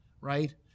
right